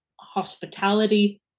hospitality